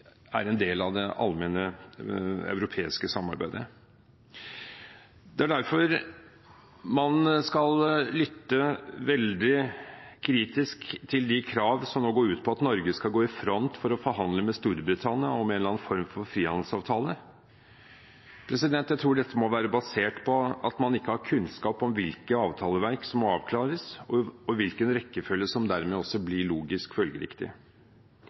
er en del av det allmenne europeiske samarbeidet. Det er derfor man skal lytte veldig kritisk til de krav som nå går ut på at Norge skal gå i front for å forhandle med Storbritannia om en eller annen form for frihandelsavtale. Jeg tror dette må være basert på at man ikke har kunnskap om hvilke avtaleverk som må avklares, og hvilken rekkefølge som dermed også blir logisk følgeriktig.